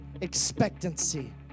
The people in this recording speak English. expectancy